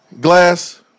glass